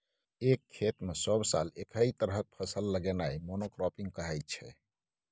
एक खेत मे सब साल एकहि तरहक फसल लगेनाइ मोनो क्राँपिंग कहाइ छै